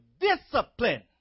discipline